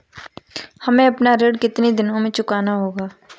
हमें अपना ऋण कितनी दिनों में चुकाना होगा?